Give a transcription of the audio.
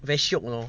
very shiok lor